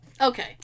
Okay